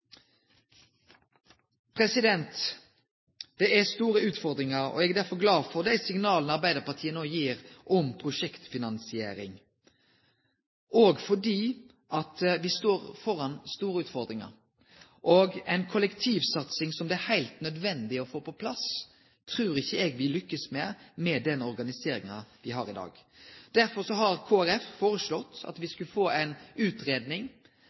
vi står framfor store utfordringar. Ei kollektivsatsing, som det er heilt nødvendig å få på plass, trur eg ikkje me vil lykkast med med den organiseringa me har i dag. Derfor har Kristeleg Folkeparti føreslått at me skal få